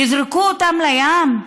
יזרקו אותם לים?